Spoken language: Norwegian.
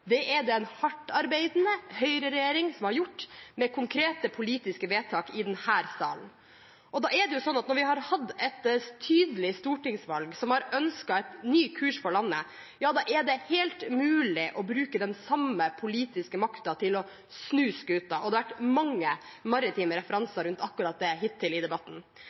Det er det en hardtarbeidende høyreregjering som har gjort, med konkrete politiske vedtak i denne salen. Når vi har hatt et tydelig stortingsvalg som har gitt et ønske om en ny kurs for landet, er det helt mulig å bruke den samme politiske makten til å snu skuta – og det har vært mange maritime referanser rundt akkurat det hittil i debatten.